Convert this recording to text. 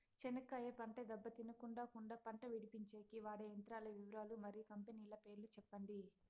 చెనక్కాయ పంట దెబ్బ తినకుండా కుండా పంట విడిపించేకి వాడే యంత్రాల వివరాలు మరియు కంపెనీల పేర్లు చెప్పండి?